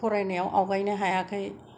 फरायनायाव आवगायनो हायाखै